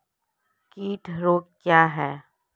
कीट रोग क्या है?